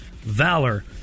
Valor